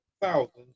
thousands